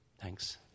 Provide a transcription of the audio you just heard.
Thanks